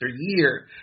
year